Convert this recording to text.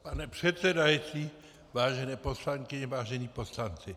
Pane předsedající, vážené poslankyně, vážení poslanci.